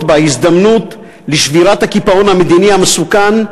בה הזדמנות לשבירת הקיפאון המדיני המסוכן,